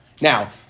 Now